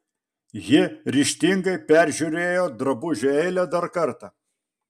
ji ryžtingai peržiūrėjo drabužių eilę dar kartą